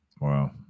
Wow